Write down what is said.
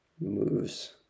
moves